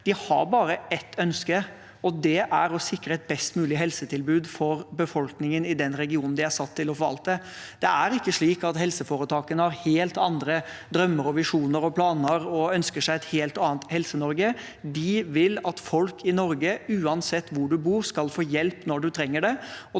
bare har ett ønske, og det er å sikre et best mulig helsetilbud for befolkningen i den regionen de er satt til å forvalte. Det er ikke slik at helseforetakene har helt andre drømmer, visjoner og planer og ønsker seg et helt annet Helse-Norge. De vil at folk i Norge, uansett hvor en bor, skal få hjelp når en trenger det,